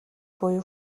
буюу